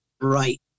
right